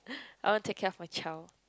I want take care of my child